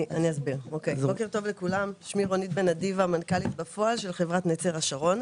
אני מנכ"לית בפועל של חברת "נצר השרון".